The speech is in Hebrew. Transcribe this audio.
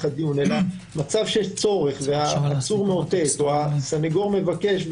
הדיון אלא מצב שיש צורך והעצור מאותת או הסנגור מבקש.